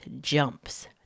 jumps